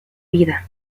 vida